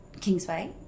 Kingsway